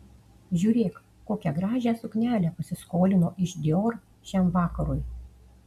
žiūrėk kokią gražią suknelę pasiskolino iš dior šiam vakarui